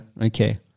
Okay